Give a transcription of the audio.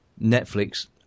Netflix